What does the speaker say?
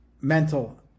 mental